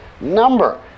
number